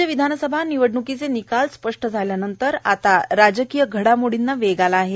राज्य विधानसभा निवडण्कीचे निकाल स्पष्ट झाल्यानंतर आता राजकीय घडामोडींना वेग आला आहे